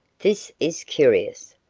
this is curious.